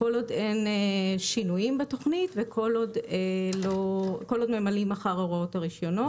אם מצא כי הוראות תכנית מפעל הניקוז תואמות את ההוראות לפי חוק המים,